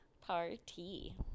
party